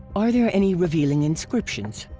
are there any revealing inscriptions?